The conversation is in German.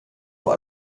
vor